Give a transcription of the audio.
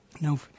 No